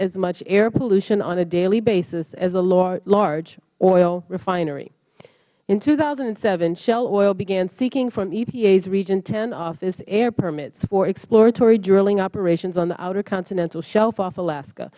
as much air pollution on a daily basis as a large oil refinery in two thousand and seven shell oil began seeking from epa's region ten office air permits for exploratory drilling operations on the outer continental shelf off alaska